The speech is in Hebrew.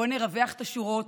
בואו נרווח את השורות,